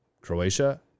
Croatia